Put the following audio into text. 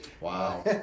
Wow